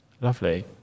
Lovely